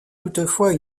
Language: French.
toutefois